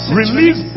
release